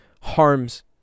harms